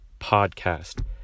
podcast